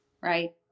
right